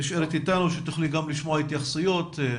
נשארת איתנו שתוכלי לשמוע את ההתייחסויות.